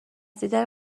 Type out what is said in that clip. دیدن